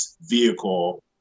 vehicle